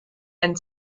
and